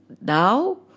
now